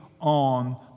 on